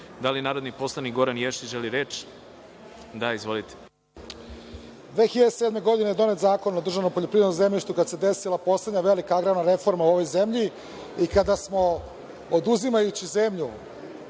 li narodni poslanik Goran Ješić želi reč? (Da.)Izvolite. **Goran Ješić** Godine 2007. je donet Zakon o državnom poljoprivrednom zemljištu kada se desila poslednja agrarna reforma u ovoj zemlji i kada smo oduzimajući zemlju